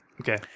Okay